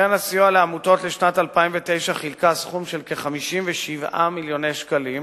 קרן הסיוע לעמותות לשנת 2009 חילקה סכום של כ-57 מיליוני שקלים